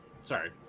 Sorry